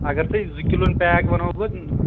اَگر تۄہہِ زٕ کِلوُن پیک وَنو بہٕ